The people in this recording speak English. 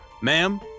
ma'am